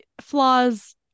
flaws